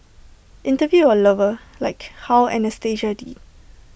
interview your lover like how Anastasia did